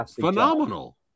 Phenomenal